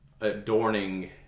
Adorning